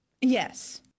Yes